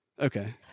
Okay